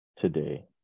today